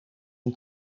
een